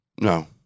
No